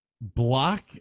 block